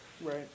Right